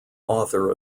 author